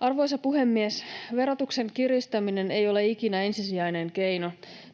Arvoisa puhemies! Verotuksen kiristäminen ei ole tässä hallituksessa ikinä